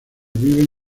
viven